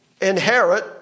inherit